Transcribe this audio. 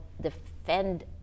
defend